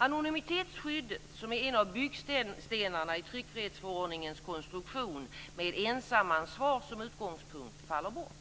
Anonymitetsskyddet, som är en av byggstenarna i tryckfrihetsförordningens konstruktion med ensamansvar som utgångspunkt, faller bort.